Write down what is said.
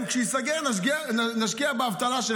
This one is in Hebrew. כשייסגר נשקיע באבטלה שלהם,